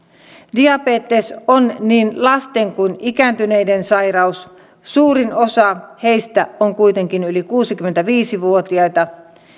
diabetes on niin lasten kuin ikääntyneiden sairaus suurin osa heistä on kuitenkin yli kuusikymmentäviisi vuotiaita